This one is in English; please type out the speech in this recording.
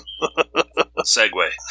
segue